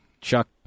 Chuck